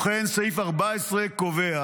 כמו כן, סעיף 14 קובע